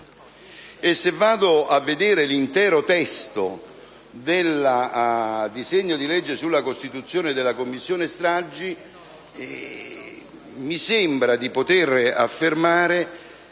E se vado a vedere l'intero testo del disegno di legge istitutivo della Commissione stragi stessa, mi sembra di poter affermare